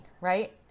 right